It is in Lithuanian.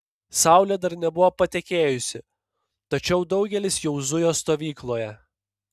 saulė dar nebuvo patekėjusi tačiau daugelis jau zujo stovykloje